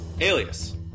Alias